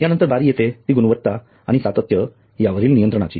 यानंतर बारी येते ती गुणवत्ता आणि सातत्य यावरील नियंत्रणाची